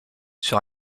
sur